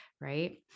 right